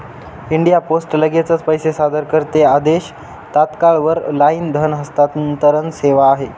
India post लगेचच पैसे सादर करते आदेश, तात्काळ वर लाईन धन हस्तांतरण सेवा आहे